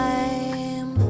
Time